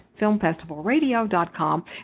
filmfestivalradio.com